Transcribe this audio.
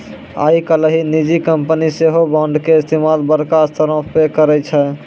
आइ काल्हि निजी कंपनी सेहो बांडो के इस्तेमाल बड़का स्तरो पे करै छै